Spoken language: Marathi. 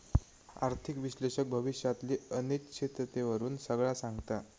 आर्थिक विश्लेषक भविष्यातली अनिश्चिततेवरून सगळा सांगता